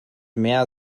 mehr